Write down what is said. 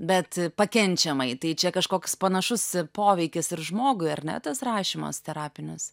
bet pakenčiamai tai čia kažkoks panašus poveikis ir žmogui ar ne tas rašymas terapinis